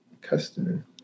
customer